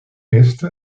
est